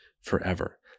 forever